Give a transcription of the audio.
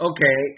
Okay